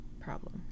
problem